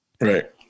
Right